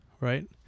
right